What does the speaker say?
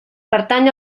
pertany